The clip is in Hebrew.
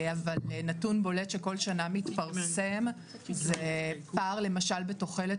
אבל נתון בולט שכל שנה מתפרסם זה פער למשל בתוחלת